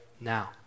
now